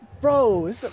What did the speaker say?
bro